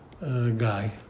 guy